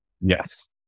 Yes